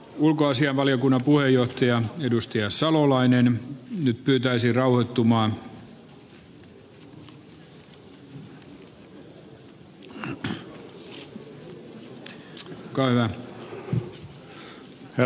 ulkoasianvaliokunnan puheenjohtajan edustaja salolainen nyt pyytäisi raul herra puhemies